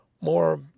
more